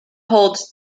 holds